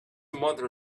mother